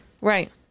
Right